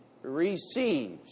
receives